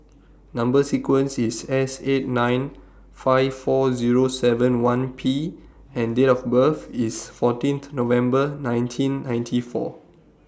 Number sequence IS S eight nine five four Zero seven one P and Date of birth IS fourteen November ninety four